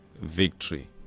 victory